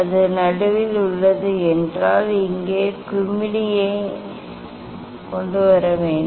இந்த வழியில் நீங்கள் இங்கே குமிழியை இங்கே கொண்டு வர வேண்டும்